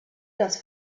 das